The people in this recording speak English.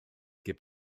give